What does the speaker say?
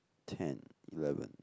ten eleven